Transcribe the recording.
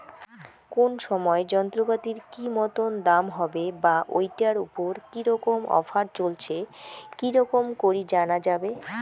কোন সময় যন্ত্রপাতির কি মতন দাম হবে বা ঐটার উপর কি রকম অফার চলছে কি রকম করি জানা যাবে?